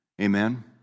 Amen